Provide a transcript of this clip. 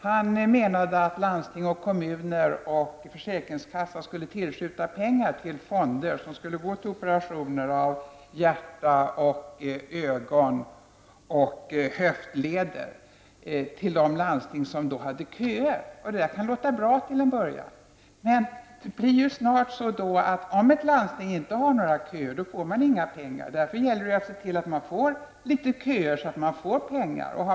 Han menade att landsting, kommuner och försäkringskassa skulle tillskjuta pengar till fonder, ur vilka medel skulle tas till operationer av hjärtan, ögon och höftleder. Pengarna skulle gå till de landsting som hade köer. Till att börja med kan det låta bra. Men om ett landsting inte har några köer blir det inga pengar. Därför gäller det att se till att det blir köer, så att man får pengar.